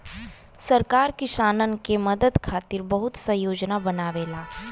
सरकार किसानन के मदद खातिर बहुत सा योजना बनावेला